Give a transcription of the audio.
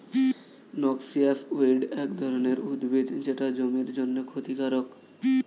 noxious weed এক ধরনের উদ্ভিদ যেটা জমির জন্যে ক্ষতিকারক